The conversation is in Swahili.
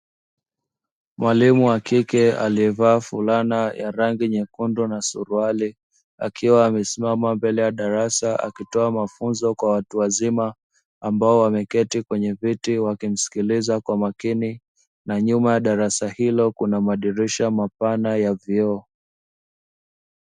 Mwalimu wa kike aliyevaa fulana ya rangi nyekundu na suruali, akiwa amesimama mbele ya darasa akitoa mafunzo kwa watu wazima ambao wameketi kwenye viti wakimsikiliza kwa makini na nyuma ya darasa hilo kuna madirisha mapana ya vioo.